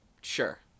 Sure